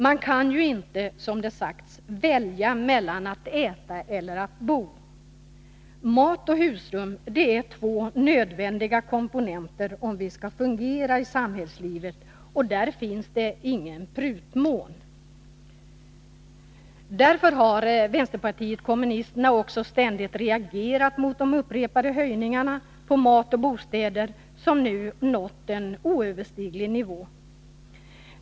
Man kan ju inte — som det har sagts — välja mellan att äta eller att bo. Mat och husrum är två nödvändiga komponenter, om vi skall fungera i samhällslivet, och där finns det ingen prutmån. Därför har vänsterpartiet kommunisterna också ständigt reagerat mot de upprepade höjningarna av matoch bostadskostnader, som nu nått en oöverstiglig nivå.